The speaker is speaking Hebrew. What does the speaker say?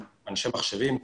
אנשי מחשבים,